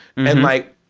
and, like,